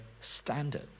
standard